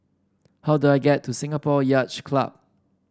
how do I get to Singapore Yacht Club